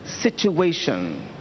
situation